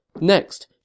Next